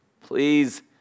Please